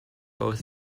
both